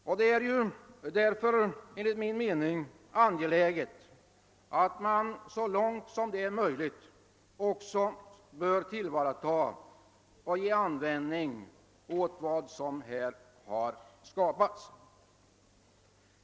Enligt min mening är det därför angeläget att så långt möjligt utnyttja den anläggning som här skapats.